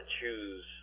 choose